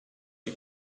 you